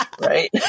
Right